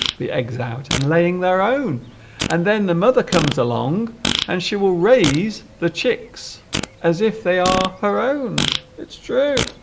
the eggs out and laying their own and then the mother comes along and she will raise the chicks as if they are her own it's true